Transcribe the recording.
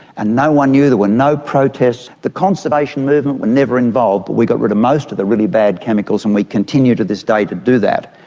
and no one knew, there were no protests. the conservation movement were never involved. we got rid of most of the really bad chemicals and we continue to this day to do that.